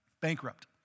Bankrupt